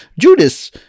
Judas –